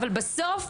אבל בסוף,